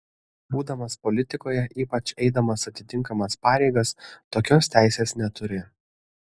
būdamas politikoje ypač eidamas atitinkamas pareigas tokios teisės neturi